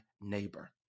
neighbor